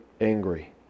angry